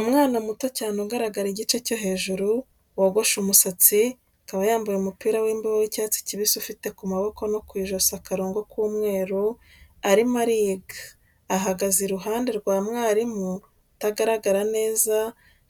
Umwana muto cyane ugaragara igice cyo hejuru, wogoshe umusatsi, akaba yambaye umupira w'imbeho w'icyati kibisi ufite ku maboko no ku ijosi akarongo k'umweru, arimo ariga; ahagaze iruhande rwa mwarimu utagaragara neza